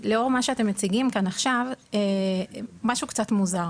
לאור מה שאתם מציגים כאן עכשיו משהו קצת מוזר